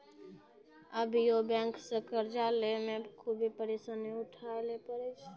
अभियो बेंक से कर्जा लेय मे खुभे परेसानी उठाय ले परै छै